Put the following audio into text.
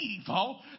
evil